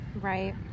Right